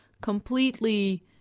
completely